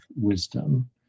wisdom